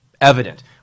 evident